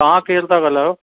तव्हां केरु था ॻाल्हायो